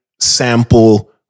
sample